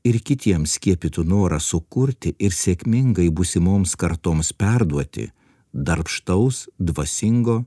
ir kitiems skiepytų norą sukurti ir sėkmingai būsimoms kartoms perduoti darbštaus dvasingo